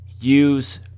use